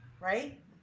Right